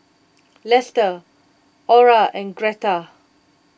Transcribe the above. Lester Orah and Gertha